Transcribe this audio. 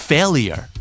Failure